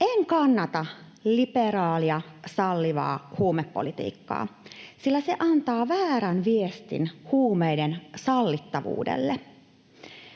En kannata liberaalia, sallivaa huumepolitiikkaa, sillä se antaa väärän viestin huumeiden sallittavuudesta.